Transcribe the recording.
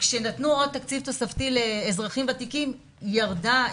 כשנתנו עוד תקציב תוספתי לאזרחים ותיקים, זה ירד.